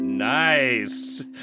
Nice